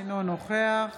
אינו נוכח